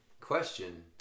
question